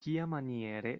kiamaniere